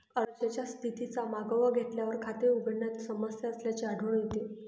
अर्जाच्या स्थितीचा मागोवा घेतल्यावर, खाते उघडण्यात समस्या असल्याचे आढळून येते